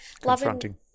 Confronting